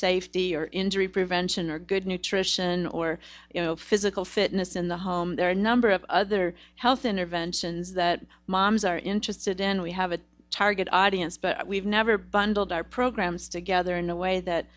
safety or injury prevention or good nutrition or you know physical fitness in the home there are a number of other health interventions that moms are interested in we have a target audience but we've never bundled our programs together in a way that